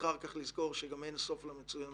ואחר כך לזכור שגם אין סוף למצוינות.